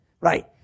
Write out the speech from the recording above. Right